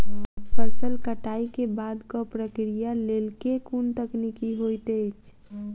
फसल कटाई केँ बादक प्रक्रिया लेल केँ कुन तकनीकी होइत अछि?